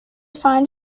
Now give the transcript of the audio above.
find